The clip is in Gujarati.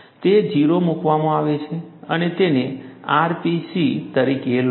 તે 0 મૂકવામાં આવે છે તમે તેને rpc તરીકે લો